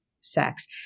sex